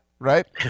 Right